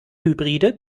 hybride